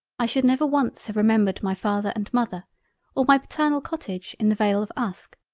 i should never once have remembered my father and mother or my paternal cottage in the vale of uske.